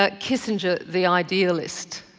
ah kissinger the idealist.